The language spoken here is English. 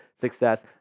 success